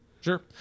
sure